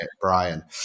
Brian